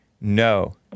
No